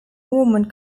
ormond